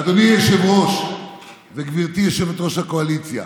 אדוני היושב-ראש וגברתי יושבת-ראש הקואליציה,